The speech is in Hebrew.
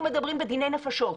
אנחנו מדברים בדיני נפשות.